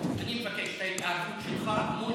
אני מודה לך על התשובה.